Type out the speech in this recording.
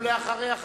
ואחריה,